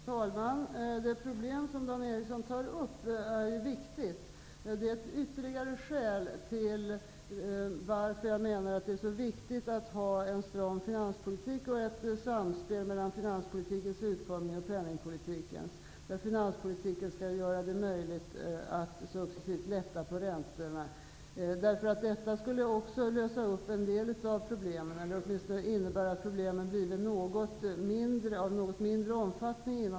Herr talman! Det problem som Dan Eriksson i Stockholm tar upp är viktigt. Det är ytterligare ett skäl till varför jag menar att det är viktigt med en stram finanspolitik och ett samspel mellan finanspolitikens utformning och penningpolitikens. Finanspolitiken skall göra det möjligt att successivt sänka räntorna, vilket skulle innebära att problemen inom den finansiella sektorn fick en något mindre omfattning.